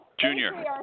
junior